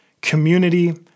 community